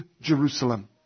Jerusalem